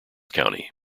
county